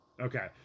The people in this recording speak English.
Okay